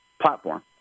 platform